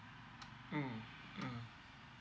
mm mm